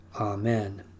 Amen